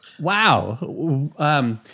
Wow